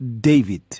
David